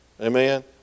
Amen